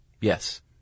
Yes